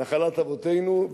נחלת אבותינו,